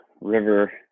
River